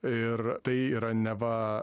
ir tai yra neva